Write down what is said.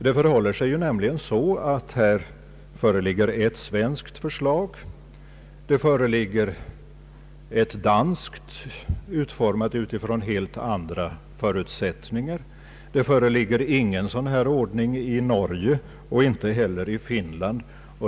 Det förhåller sig nämligen så att det här föreligger ett svenskt förslag och ett danskt förslag, utformat från helt olika förutsättningar. Det föreligger ingen sådan här ordning i Norge och inte heller i Finland.